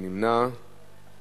מי